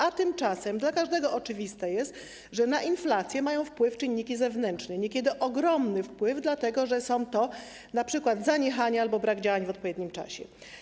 A tymczasem dla każdego oczywiste jest, że na inflację mają wpływ czynniki wewnętrzne, niekiedy ogromny wpływ, dlatego że są to np. zaniechania albo brak działań w odpowiednim czasie.